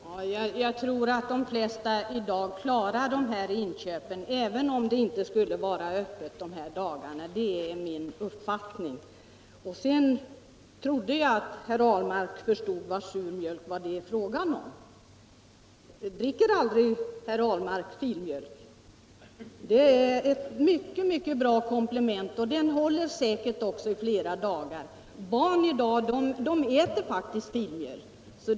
Herr talman! Jag tror att de flesta i dag klarar inköpen, även om det inte skulle vara öppet de här dagarna. Det är min uppfattning. När jag talade om sur mjölk trodde jag att herr Ahlmark skulle förstå vad det var fråga om. Dricker aldrig herr Ahlmark filmjölk? Det är ett mycket, mycket bra komplement. Den håller säkert också i flera dagar. Barn äter faktiskt filmjölk.